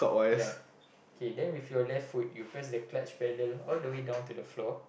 ya K then with your left foot you press the clutch pedal all the way down to the floor